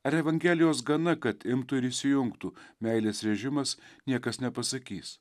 ar evangelijos gana kad imtų ir įsijungtų meilės režimas niekas nepasakys